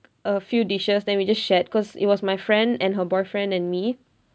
a few dishes then we just shared cause it was my friend and her boyfriend and me